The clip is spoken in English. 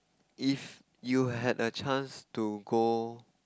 if you had a chance to go